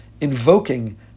invoking